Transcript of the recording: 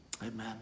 Amen